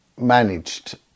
managed